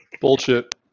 Bullshit